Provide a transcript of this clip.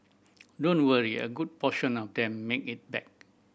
don't worry a good portion of them make it back